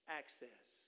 access